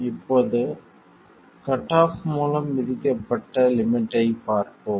இப்போது cut off மூலம் விதிக்கப்பட்ட லிமிட்டைப் பார்ப்போம்